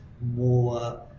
more